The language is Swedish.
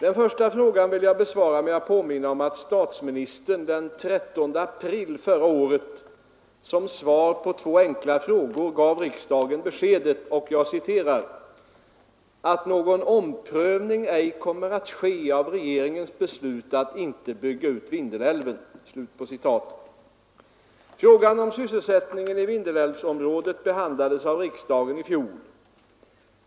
Den första frågan vill jag besvara med att påminna om att statsministern den 13 april förra året som svar på två enkla frågor gav riksdagen beskedet ”att någon omprövning ej kommer att ske av regeringens beslut att inte bygga ut Vindelälven”. Frågan om sysselsättningen i Vindelälvsområdet behandlades av riksdagen i fjol.